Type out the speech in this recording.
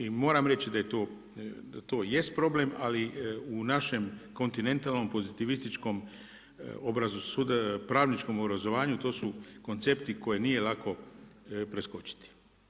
I moram reći, da je to jest problem, ali u našem kontinentalnom pozitivističkom pravničkom obrazovanju, to su koncepti koje nije lako preskočiti.